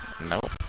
Nope